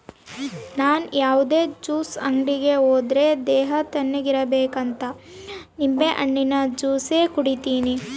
ನನ್ ಯಾವುದೇ ಜ್ಯೂಸ್ ಅಂಗಡಿ ಹೋದ್ರೆ ದೇಹ ತಣ್ಣುಗಿರಬೇಕಂತ ನಿಂಬೆಹಣ್ಣಿನ ಜ್ಯೂಸೆ ಕುಡೀತೀನಿ